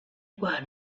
were